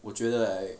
我觉得 like